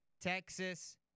Texas